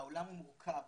העולם הוא מורכב,